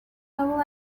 will